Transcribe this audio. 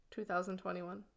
2021